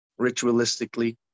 ritualistically